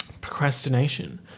Procrastination